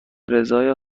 رضای